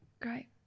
Great